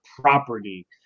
property